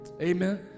Amen